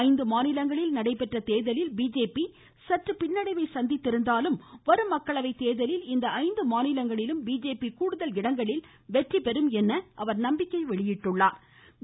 ஐந்து மாநிலங்களில் நடைபெற்ற தேர்தலில் பிஜேபி சற்று பின்னடைவை சந்தித்திருந்தாலும் வரும் மக்களவை தோதலில் இந்த ஐந்து மாநிலங்களிலும் பிஜேபி கூடுதல் இடங்களில் வெற்றிபெறும் என நம்பிக்கை தெரிவித்தாா்